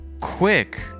quick